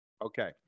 Okay